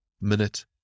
minute